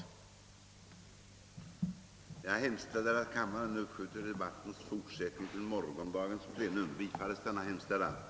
Som tiden nu var långt framskriden beslöt kammaren på förslag av herr talmannen att uppskjuta den fortsatta